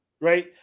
right